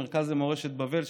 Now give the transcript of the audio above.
במרכז מורשת יהדות בבל,